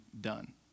done